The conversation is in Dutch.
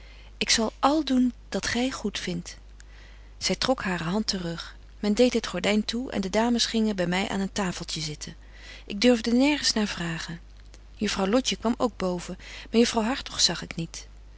ik zal al doen dat gy goed vindt zy trok hare hand te rug men deedt het gordyn toe en de dames gingen by my aan een tafeltje zitten ik durfde nergens naar vragen juffrouw lotje kwam ook boven maar juffrouw hartog zag ik niet